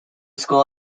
school